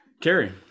Kerry